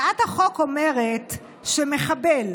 הצעת החוק אומרת שמחבל